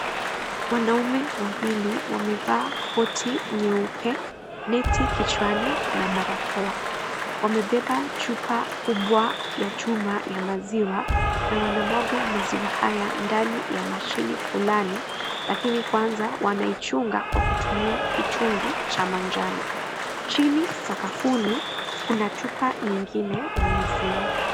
Wanaume, wawili, wamevaa koti nyeupe, beti kichwani, na barakoa, wamebeba, chupa, kubwa, ya chuma ya maziwa, na wanamwaga maziwa haya ndani ya mashini fulani, lakini kwanza, wanaichunga kwa kutumia kichungi, cha manjano, chini sakafuni kuna chupa nyingine ya maziwa.